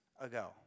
ago